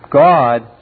God